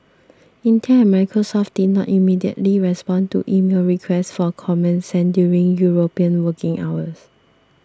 Intel and Microsoft did not immediately respond to emailed requests for comment sent during European working hours